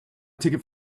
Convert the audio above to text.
ticket